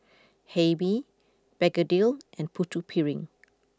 Hae Mee Begedil and Putu Piring